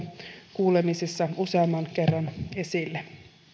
kuulemisissa useamman kerran esille